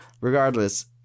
Regardless